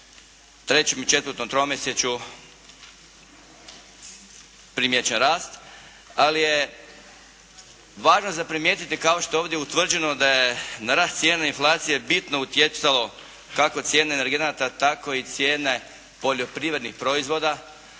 u 3. i 4. tromjesečju primijećen rast, ali je važno za primijetiti kao što je ovdje utvrđeno da je na rast cijena inflacije bitno utjecalo kako cijene energenata tako i cijene poljoprivrednih proizvoda,